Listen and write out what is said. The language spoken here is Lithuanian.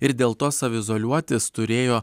ir dėl to saviizoliuotis turėjo